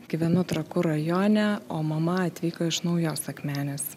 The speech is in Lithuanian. gyvenu trakų rajone o mama atvyko iš naujos akmenės